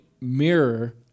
mirror